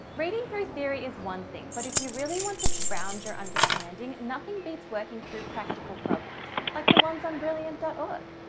reading through theory is one thing but if you really want to ground your understanding nothing beats working through practical problems like the ones on brilliant org.